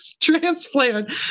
transplant